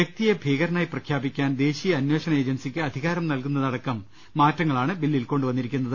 വ്യക്തിയെ ഭീകര നായി പ്രഖ്യാപിക്കാൻ ദേശീയ അന്വേഷണ ഏജൻസിക്ക് അധികാരം നൽകുന്ന തടക്കം മാറ്റങ്ങളാണ് ബില്ലിൽ കൊണ്ടുവന്നിരിക്കുന്നത്